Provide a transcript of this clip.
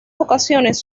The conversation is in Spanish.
ocasiones